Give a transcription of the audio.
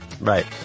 Right